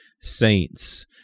saints